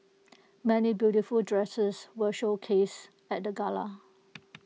many beautiful dresses were showcased at the gala